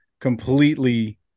completely